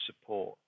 support